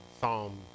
Psalm